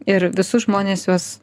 ir visus žmonės juos